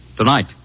Tonight